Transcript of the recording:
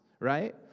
right